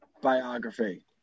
biography